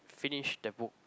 finish that book